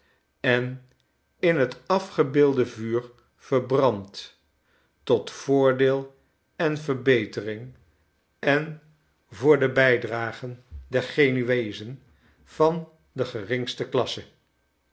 en in het afgebeelde vuur ver brandt tot voordeel en verbetering en voor de bijdragen der genueezen van de geringste klasse